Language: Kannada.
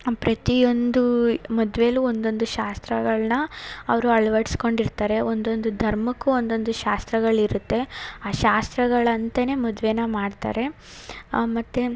ಪ್ರತಿಯೊಂದು ಮದುವೆಲೂ ಒಂದೊಂದು ಶಾಸ್ತ್ರಗಳನ್ನ ಅವರು ಅಳವಡಿಸ್ಕೊಂಡಿರ್ತಾರೆ ಒಂದೊಂದು ಧರ್ಮಕ್ಕೂ ಒಂದೊಂದು ಶಾಸ್ತ್ರಗಳಿರುತ್ತೆ ಆ ಶಾಸ್ತ್ರಗಳಂತೆಯೇ ಮದುವೆನ ಮಾಡ್ತಾರೆ ಮತ್ತು